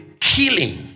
killing